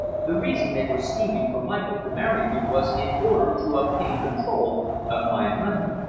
the reason they were scheming for michael to marry me was in order to obtain control of my money.